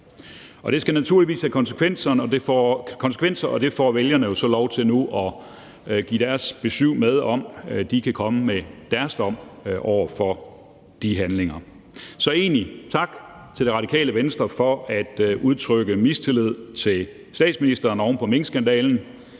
Det skal naturligvis have konsekvenser, og vælgerne får så lov til nu at give deres besyv med og komme med deres dom i forhold til de handlinger. Så egentlig tak til Radikale Venstre for at udtrykke mistillid til statsministeren oven på minkskandalen,